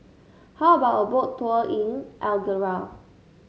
how about a Boat Tour in Algeria